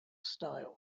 style